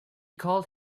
called